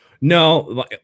No